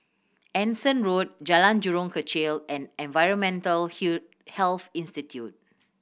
Anson Road Jalan Jurong Kechil and Environmental Health Institute